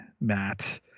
Matt